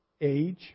age